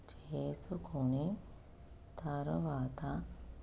చేసుకొని తరువాత